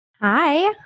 Hi